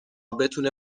بتونه